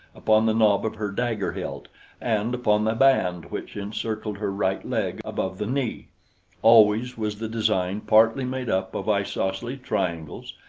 upon the knob of her dagger-hilt and upon the band which encircled her right leg above the knee always was the design partly made up of isosceles triangles,